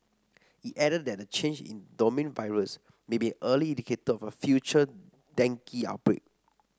it added that the change in the dominant virus may be an early indicator of a future dengue outbreak